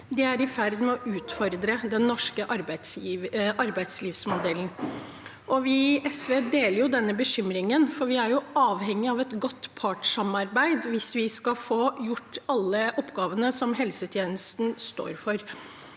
Det er i ferd med å utfordre den norske arbeidslivsmodellen.» Vi i SV deler denne bekymringen, for vi er avhengig av et godt partssamarbeid hvis vi skal få gjort alle oppgavene i helsetjenesten.